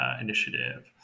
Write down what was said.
initiative